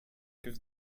gives